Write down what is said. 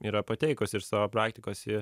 yra pateikusi iš savo praktikos ji